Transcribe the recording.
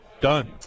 Done